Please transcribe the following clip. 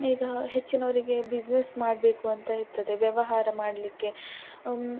ಈಗ ಹೆಚ್ಚಿನವರಿಗೆ ಬಿಝಿನೆಸ್ ಮಾಡಬೇಕು ಅಂತ ಇರ್ತದೆ ವ್ಯವಹಾರ ಮಾಡಲಿಕ್ಕೆ